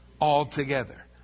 altogether